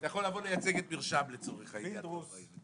בישיבת מעקב בנושא המתווה לקיצור תורנויות המתמחים.